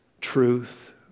truth